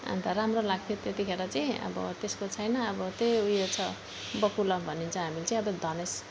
अनि त राम्रो लाग्थ्यो त्यतिखेर चाहिँ अब त्यसको छैन अब त्यही ऊ यो छ बकुल्ला भनिन्छ हामी चाहिँ अब धनेस